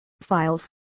files